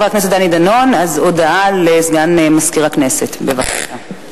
הודעה לסגן מזכירת הכנסת, בבקשה.